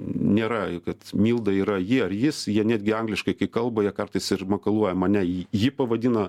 nėra kad milda yra ji ar jis jie netgi angliškai kai kalba jie kartais ir makaluoja mane j ji pavadina